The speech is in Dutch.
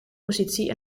positie